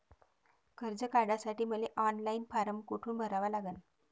कर्ज काढासाठी मले ऑनलाईन फारम कोठून भरावा लागन?